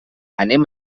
anem